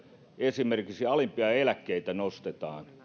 esimerkiksi alimpia eläkkeitä nostetaan